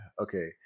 okay